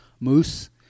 Moose